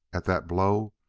at that blow,